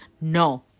No